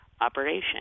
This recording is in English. operation